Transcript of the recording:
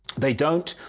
they don't